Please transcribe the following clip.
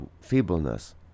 feebleness